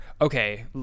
Okay